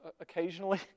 occasionally